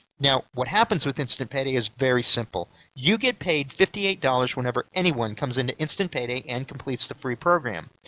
now, what happens with instant payday is very simple you get paid fifty eight dollars whenever anyone comes into instant payday and completes the free program.